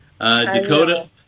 Dakota